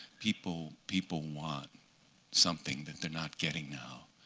people people want something that they're not getting now.